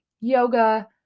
yoga